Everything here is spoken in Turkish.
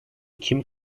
kim